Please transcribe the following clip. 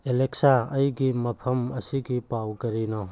Alexa ꯑꯩꯒꯤ ꯃꯐꯝ ꯑꯁꯤꯒꯤ ꯄꯥꯎ ꯀꯔꯤꯅꯣ